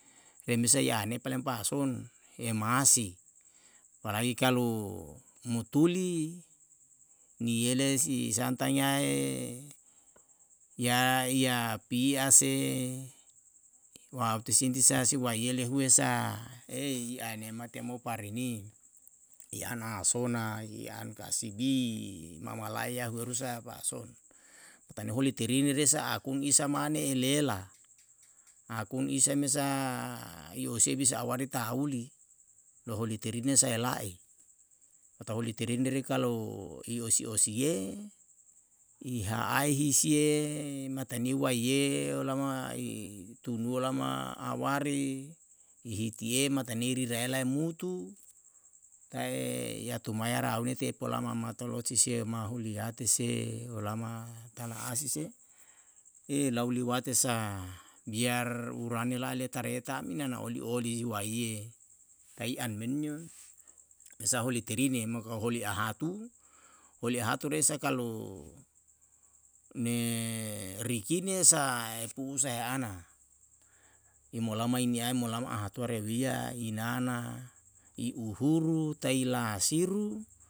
Remesa i ane paleng pa'ason e masi apalagi kalu mutuli niele si santang yae ya ya pia se kewa u sinti sa si waiele huesa i ane mate mo pareni i an a sona i an kasibi mamalaiya ehu eru sa pa'ason. pa'ateni holi terine resa akun isa mane elela, akun isa mesa i osie bisa awari tahuli loholi terine sae e la'i, mo tau oli tetine kalu i osi osie i ha'ae hisie matani waiye olama i tunu olama awari i hitie matani rirae lae mutu tae yatumaya raune tei polama matao loise si ema holiate se olama tala asi se lau liwate sa biar urane lae leta reta mina na oli oli i waiye tai an menio mesa holi terine mo kalu holi a hatu oli a hatu resa kalu nerikine sa pu'u sae heana i molamai niae molama ahatua rewiya i nana i uhuru tai lasiru